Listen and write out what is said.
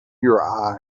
your